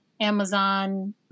Amazon